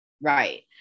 right